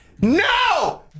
No